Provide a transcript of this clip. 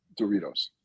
doritos